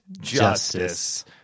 justice